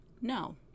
No